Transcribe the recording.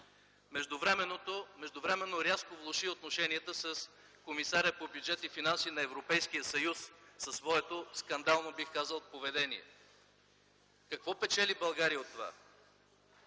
Междувременно рязко влоши отношенията с комисаря по бюджет и финанси на Европейския съюз със своето скандално, бих казал, поведение. Какво печели България от това?